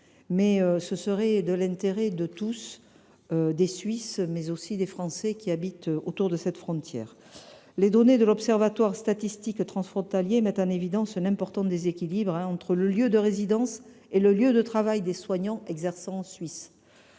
mais il y va de l’intérêt des Suisses et des Français habitant de part et d’autre de cette frontière. Les données de l’Observatoire statistique transfrontalier (OST) mettent en évidence un important déséquilibre entre le lieu de résidence et le lieu de travail des soignants exerçant en Suisse.